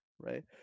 Right